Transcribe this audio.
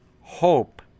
hope